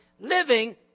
Living